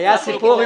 כבוד היושב-ראש,